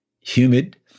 humid